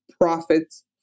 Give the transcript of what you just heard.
profits